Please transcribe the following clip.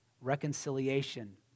reconciliation